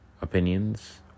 opinions